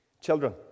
Children